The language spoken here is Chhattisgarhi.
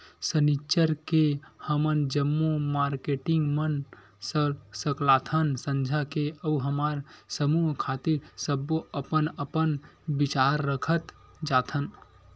सनिच्चर के हमन जम्मो मारकेटिंग मन सकलाथन संझा के अउ हमर समूह खातिर सब्बो अपन अपन बिचार रखत जाथन